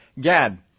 Gad